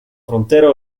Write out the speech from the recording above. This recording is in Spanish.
frontera